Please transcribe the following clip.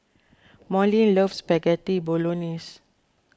Molly loves Spaghetti Bolognese